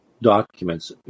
documents